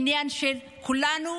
זה עניין של כולנו.